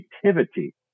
creativity